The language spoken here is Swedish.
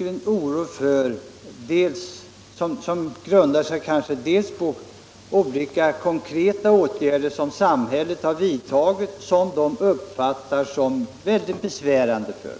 en oro som kanske grundar sig på olika konkreta åtgärder som samhället har vidtagit och som de uppfattar som väldigt besvärande.